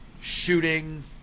shooting